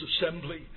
assembly